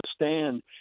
understand